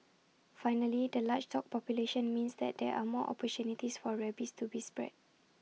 finally the large dog population means that there are more opportunities for rabies to be spread